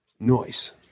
Noise